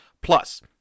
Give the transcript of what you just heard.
Plus